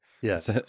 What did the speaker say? yes